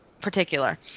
particular